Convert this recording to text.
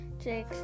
Jake